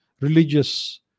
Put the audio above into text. religious